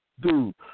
Dude